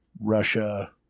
Russia